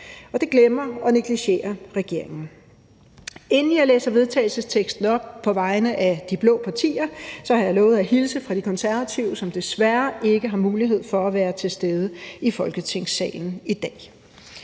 Og det glemmer og negligerer regeringen. Inden jeg læser vedtagelsesteksten op på vegne af de blå partier, har jeg lovet at hilse fra De Konservative, som desværre ikke har mulighed for at være til stede i Folketingssalen i dag.